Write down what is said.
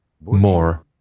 more